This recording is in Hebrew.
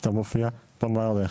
שאתה מופיע במערכת,